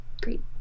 great